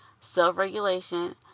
Self-regulation